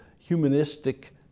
humanistic